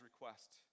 request